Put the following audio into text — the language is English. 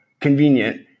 Convenient